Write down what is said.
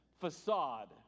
facade